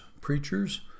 preachers